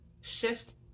shift